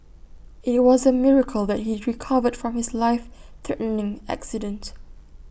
IT was A miracle that he recovered from his life threatening accident